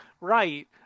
right